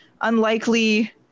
unlikely